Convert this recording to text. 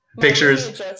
Pictures